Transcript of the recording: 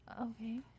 Okay